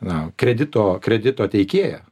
na kredito kredito teikėją